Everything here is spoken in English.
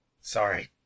Sorry